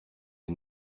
wir